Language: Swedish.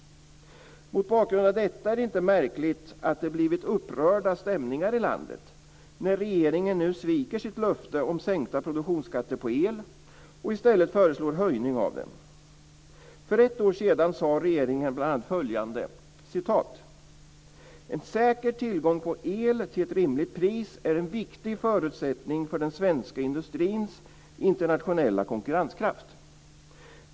Mot bakgrund av detta är det inte märkligt att det blivit upprörda stämningar i landet när regeringen nu sviker sitt löfte om sänkta produktionsskatter på el och i stället föreslår höjning av dem. För cirka ett år sedan sade regeringen bl.a. följande: "En säker tillgång på el till ett rimligt pris är en viktig förutsättning för den svenska industrins internationella konkurrenskraft.